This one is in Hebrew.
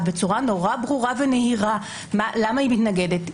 בצורה מאוד ברורה ונהירה למה היא מתנגדת,